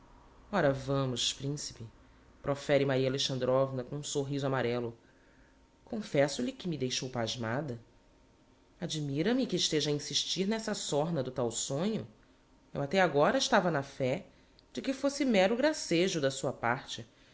ora vamos principe profere maria alexandrovna com um sorriso amarello confesso-lhe que me deixou pasmada admira-me que esteja a insistir n'essa sorna do tal sonho eu até agora estava na fé de que fosse méro gracejo da sua parte